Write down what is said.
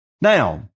Now